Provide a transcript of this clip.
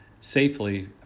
safely